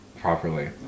properly